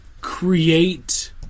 create